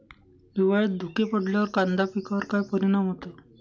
हिवाळ्यात धुके पडल्यावर कांदा पिकावर काय परिणाम होतो?